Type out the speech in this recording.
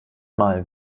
mal